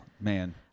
man